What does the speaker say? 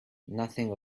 nothing